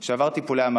שעבר טיפולי המרה,